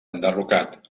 enderrocat